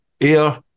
air